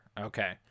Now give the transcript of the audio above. okay